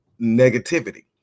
negativity